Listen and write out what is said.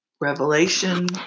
revelation